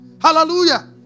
Hallelujah